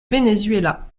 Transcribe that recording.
venezuela